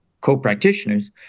co-practitioners